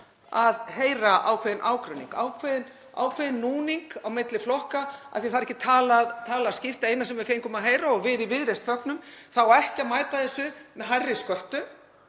að heyra ákveðinn ágreining, ákveðinn núning á milli flokka af því að það er ekki talað skýrt. Það eina sem við fengum að heyra, og við í Viðreisn fögnum, var að það á ekki að mæta þessu með hærri sköttum